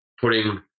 putting